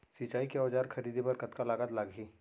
सिंचाई के औजार खरीदे बर कतका लागत लागही?